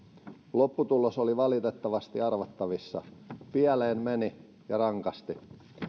lopputulos oli valitettavasti arvattavissa pieleen meni ja rankasti